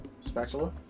Spatula